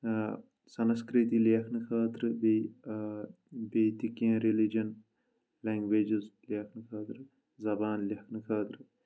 سنسکرتی لیکھنہٕ خٲطرٕ بیٚیہِ بیٚیہِ تہِ کینٛہہ ریلِجَن لینٛگویجز لیکھنہٕ خٲطرٕ زبان لیکھنہٕ خٲطرٕ